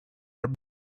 him